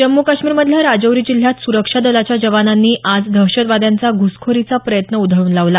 जम्मू काश्मीरमधल्या राजौरी जिल्ह्यात सुरक्षा दलाच्या जवानांनी आज दहशतवाद्यांचा घुसखोरीचा प्रयत्न उधळून लावला